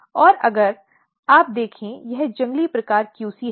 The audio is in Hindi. और अगर तुम देखो यह जंगली प्रकार QC है